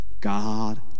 God